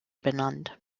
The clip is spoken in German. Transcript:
benannt